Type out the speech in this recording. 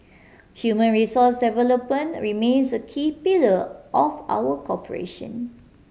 human resource development remains a key pillar of our cooperation